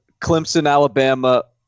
Clemson-Alabama